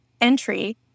entry